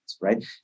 right